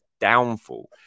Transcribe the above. downfall